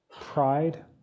Pride